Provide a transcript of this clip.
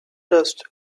dust